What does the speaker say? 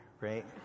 right